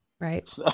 Right